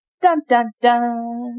dun-dun-dun